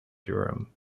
durham